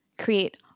create